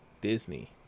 Disney